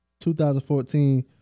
2014